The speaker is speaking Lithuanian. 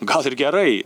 gal ir gerai